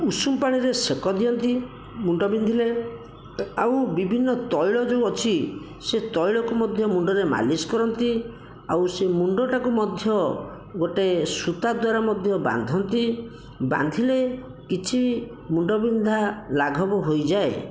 ଉଷୁମ ପାଣିରେ ସେକ ଦିଅନ୍ତି ମୁଣ୍ଡ ବିନ୍ଧିଲେ ଆଉ ବିଭିନ୍ନ ତୈଳ ଯେଉଁ ଅଛି ସେ ତୈଳକୁ ମଧ୍ୟ ମୁଣ୍ଡରେ ମାଲିସ କରନ୍ତି ଆଉ ସେ ମୁଣ୍ଡଟାକୁ ମଧ୍ୟ ଗୋଟିଏ ସୁତା ଦ୍ୱାରା ମଧ୍ୟ ବାନ୍ଧନ୍ତି ବାନ୍ଧିଲେ କିଛି ମୁଣ୍ଡ ବିନ୍ଧା ଲାଘବ ହୋଇଯାଏ